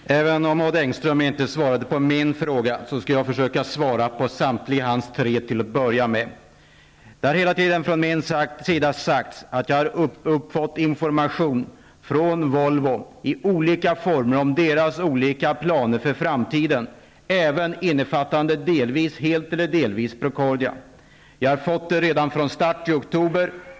Fru talman! Även om Odd Engström inte svarade på min fråga skall jag till att börja med försöka svara på samtliga tre frågor som han har ställt. Det har hela tiden från min sida sagts att jag har fått information från Volvo i olika former om dess olika planer för framtiden -- även innefattande, helt eller delvis, Procordia. Jag har fått information redan från starten i oktober.